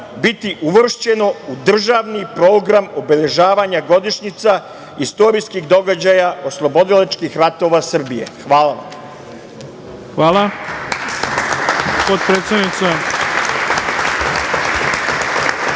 biti uvršćeno u državni program obeležavanja godišnjica, istorijskih događaja, oslobodilačkih ratova Srbije? Hvala. **Ivica